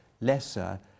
lesser